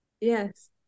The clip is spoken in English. yes